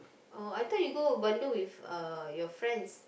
oh I thought you go Bandung with uh your friends